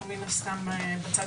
מן הסתם בצד